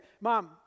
Mom